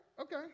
Okay